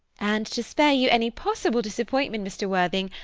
and to spare you any possible disappointment, mr. worthing,